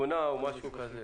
אושר.